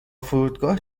فرودگاه